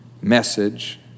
message